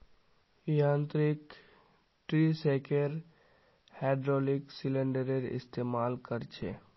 यांत्रिक tree shaker hydraulic सिलिंडरेर इस्तेमाल कर छे